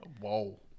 Whoa